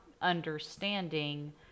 understanding